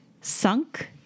sunk